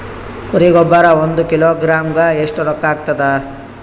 ಕುರಿ ಗೊಬ್ಬರ ಒಂದು ಕಿಲೋಗ್ರಾಂ ಗ ಎಷ್ಟ ರೂಕ್ಕಾಗ್ತದ?